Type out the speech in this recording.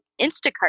Instacart